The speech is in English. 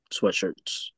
sweatshirts